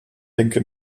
denke